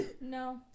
no